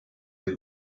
der